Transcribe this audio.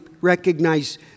recognize